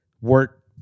work